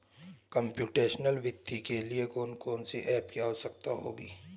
Computational वित्त के लिए कौन कौन सी एप की आवश्यकता होगी?